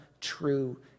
true